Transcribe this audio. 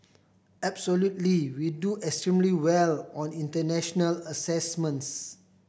absolutely we do extremely well on international assessments